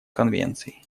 конвенцией